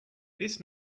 this